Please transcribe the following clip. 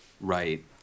right